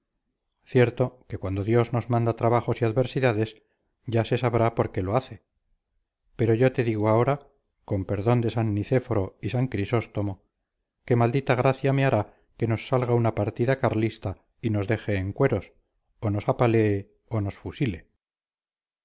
facciosos cierto que cuando dios nos manda trabajos y adversidades ya se sabrá por qué lo hace pero yo te digo ahora con perdón de san nicéforo y san crisóstomo que maldita gracia me hará que nos salga una partida carlista y nos deje en cueros o nos apalee o nos fusile